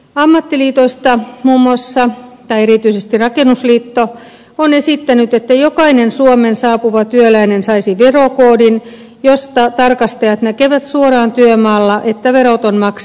ammattiliitoista erityisesti rakennusliitto on esittänyt että jokainen suomeen saapuva työläinen saisi verokoodin josta tarkastajat näkevät suoraan työmaalla että verot on maksettu